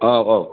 औ औ